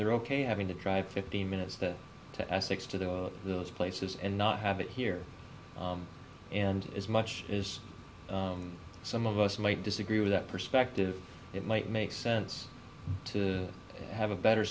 they're ok having to drive fifteen minutes to to essex to the those places and not have it here and as much is some of us might disagree with that perspective it might make sense to have a better